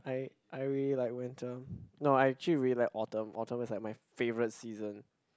I I really like winter no I actually really like autumn autumn is my favourite season